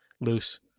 Loose